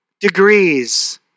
degrees